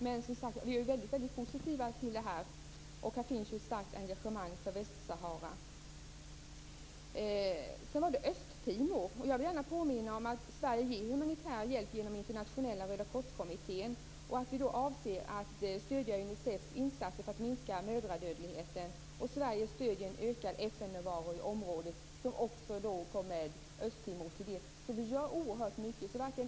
Men vi är som sagt väldigt positiva till detta. Det finns ett starkt engagemang för Västsahara. Jag vill gärna påminna om att Sverige ger humanitär hjälp till Östtimor genom den internationella Röda kors-kommittén och att Sverige avser att stödja Sverige stöder också en ökad FN-närvaro i området. Detta skulle också komma Östtimor till del. Oerhört mycket görs alltså.